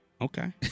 okay